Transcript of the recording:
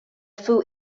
full